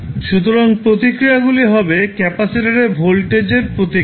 সুতরাং প্রতিক্রিয়াগুলি হবে ক্যাপাসিটরে ভোল্টেজের প্রতিক্রিয়া